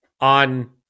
on